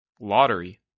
Lottery